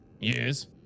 Yes